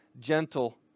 gentle